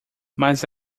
mas